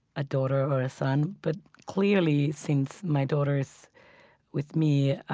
a daughter or a son, but clearly, since my daughter is with me,